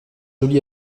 joli